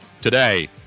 today